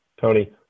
Tony